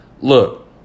Look